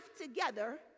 together